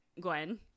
gwen